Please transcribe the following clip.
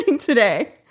today